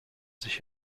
sich